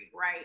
right